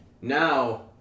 Now